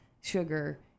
Sugar